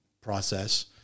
process